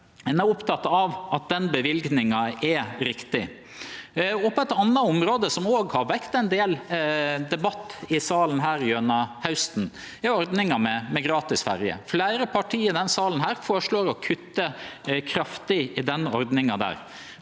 Dei er opptekne av at den løyvinga er riktig. Eit anna område som òg har vekt ein del debatt i salen gjennom hausten, er ordninga med gratis ferje. Fleire parti i denne salen føreslår å kutte kraftig i den ordninga.